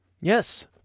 Yes